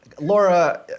laura